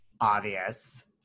obvious